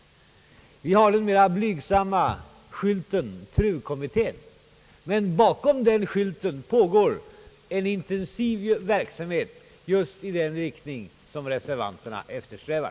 Vi har den mera blygsamma skylten TRU-kommittén, men bakom den skylten pågår en intensiv verksamhet just i den riktning som reservanterna eftersträvar.